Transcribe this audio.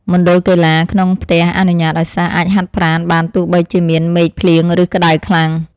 មណ្ឌលកីឡាក្នុងផ្ទះអនុញ្ញាតឱ្យសិស្សអាចហាត់ប្រាណបានទោះបីជាមានមេឃភ្លៀងឬក្តៅខ្លាំង។